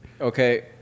okay